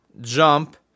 jump